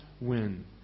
win